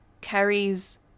carries